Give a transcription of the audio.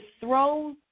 throw